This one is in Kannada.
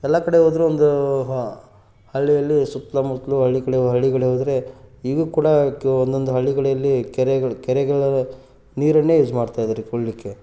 ಎಲ್ಲ ಕಡೆ ಹೋದ್ರು ಒಂದು ಹಳ್ಳಿ ಅಲ್ಲಿ ಸುತ್ತ ಮುತ್ತಲೂ ಹಳ್ಳಿ ಕಡೆ ಹಳ್ಳಿ ಕಡೆ ಹೋದ್ರೆ ಈಗ ಕೂಡ ಕ ಒಂದೊಂದು ಹಳ್ಳಿಗಳಲ್ಲಿ ಕೆರೆಗಳು ಕೆರೆಗಳ ನೀರನ್ನೇ ಯೂಸ್ ಮಾಡ್ತಿದ್ದಾರೆ ಕುಡೀಲಿಕ್ಕೆ